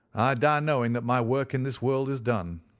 die knowing that my work in this world is done,